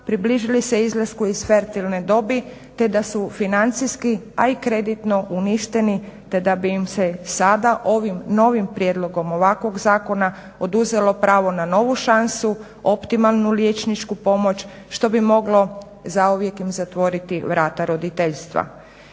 približili se izlasku iz fertilne dobi te da su financijski, a i kreditno uništeni te da bi im se sada ovim novim prijedlogom ovakvog zakona oduzelo pravo na novu šansu, optimalnu liječničku pomoć što bi moglo zauvijek im zatvoriti vrata roditeljstva.